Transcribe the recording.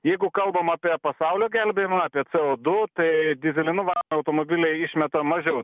jeigu kalbam apie pasaulio gelbėjimą apie c o du tai dyzelinu varomi automobiliai išmeta mažiau